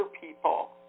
people